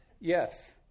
Yes